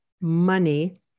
money